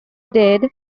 did